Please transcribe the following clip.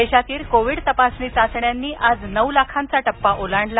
देशातील कोविड तपासणी चाचण्यांनी आज नऊ लाखांचा टप्पा ओलांडला